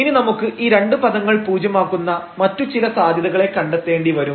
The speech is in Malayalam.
ഇനി നമുക്ക് ഈ രണ്ട് പദങ്ങൾ പൂജ്യം ആക്കുന്ന മറ്റു ചില സാധ്യതകളെ കണ്ടെത്തേണ്ടി വരും